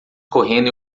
correndo